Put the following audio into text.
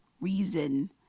reason